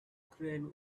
crane